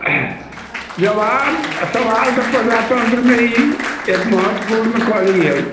जवाब सवाल तऽ प्रजातन्त्रमे ई एक महत्वपूर्ण कड़ी हइ